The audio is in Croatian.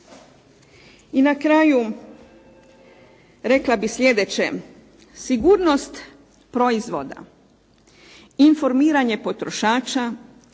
I na kraju rekla bih sljedeće. Sigurnost proizvoda, informiranje potrošača,